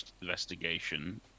investigation